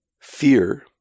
fear